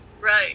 right